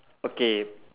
okay